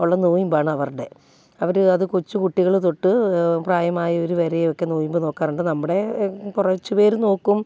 ഉള്ള നൊയിമ്പാണ് അവരുടെ അവർ അത് കൊച്ചുകുട്ടികൾ തൊട്ട് പ്രായമായവർ വരെയൊക്കെ നൊയിമ്പ് നോക്കാറുണ്ട് നമ്മുടെ കുറച്ച് പേർ നോക്കും